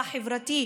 החברתי,